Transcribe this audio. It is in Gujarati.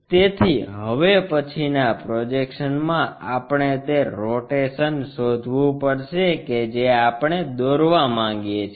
તેથી હવે પછીના પ્રોજેક્શનમાં આપણે તે રોટેશનને શોધવું પડશે કે જે આપણે દોરવા માંગીએ છીએ